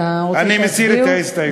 אני מסיר את ההסתייגויות.